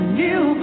new